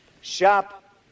Shop